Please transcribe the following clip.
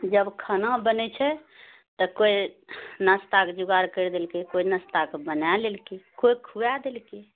जब खाना बनै छै तऽ कोइ नास्ता कऽ जुगाड़ करि लेलकै कोइ नास्ता कऽ बनाए लेलकै कोइ खुवाए देलकै